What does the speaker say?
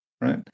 right